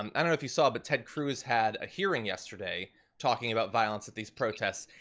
um i don't know if you saw, but ted cruz had a hearing yesterday talking about violence at these protests.